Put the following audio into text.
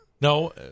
No